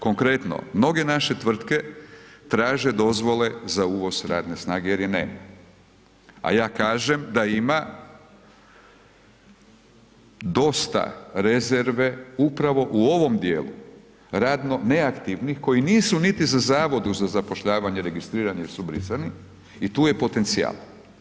Konkretno, mnoge naše tvrtke traže dozvole za uvoz radne snage jer je nema, a ja kažem da ima dosta rezerve upravo u ovom dijelu, radno neaktivnih koji nisu niti za Zavodu za zapošljavanje registrirani ili su brisani i tu je potencijal.